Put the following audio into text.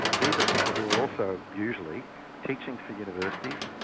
these are people who are also usually teaching for universities,